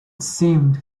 seemed